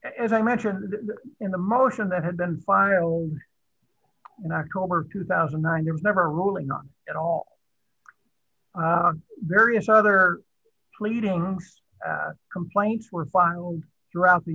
as i mentioned in the motion that had been filed in october two thousand and nine there was never a ruling on in all various other pleadings complaints were by all throughout the